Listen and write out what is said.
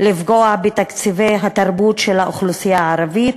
לפגוע בתקציבי התרבות של האוכלוסייה הערבית,